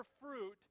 fruit